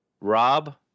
Rob